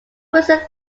recently